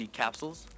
capsules